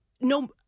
no